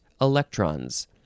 electrons